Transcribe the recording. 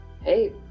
hey